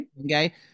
Okay